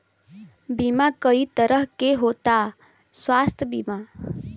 बीमा कई तरह के होता स्वास्थ्य बीमा?